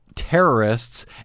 Terrorists